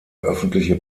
öffentliche